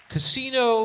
Casino